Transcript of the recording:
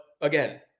again